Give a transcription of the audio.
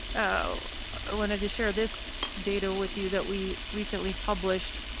i so wanted to share this data with you that we recently published.